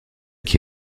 qui